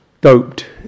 doped